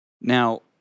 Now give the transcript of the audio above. Now